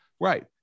Right